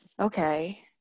okay